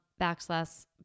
backslash